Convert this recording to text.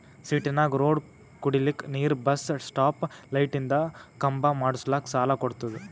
ಸಿಟಿನಾಗ್ ರೋಡ್ ಕುಡಿಲಕ್ ನೀರ್ ಬಸ್ ಸ್ಟಾಪ್ ಲೈಟಿಂದ ಖಂಬಾ ಮಾಡುಸ್ಲಕ್ ಸಾಲ ಕೊಡ್ತುದ